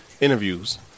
interviews